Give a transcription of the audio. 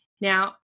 Now